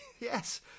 Yes